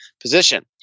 position